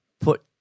put